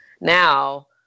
now